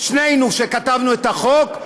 ושנינו כתבנו את החוק,